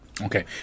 Okay